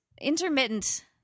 intermittent